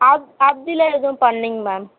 அது அப்படில்லாம் எதுவும் பண்ணலிங்க மேம்